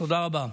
תודה רבה.